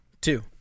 two